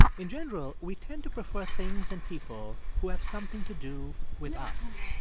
in general, we tend to prefer things and people who have something to do with us.